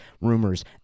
rumors